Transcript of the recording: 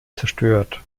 zerstört